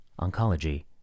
oncology